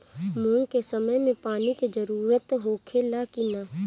मूंग के समय मे पानी के जरूरत होखे ला कि ना?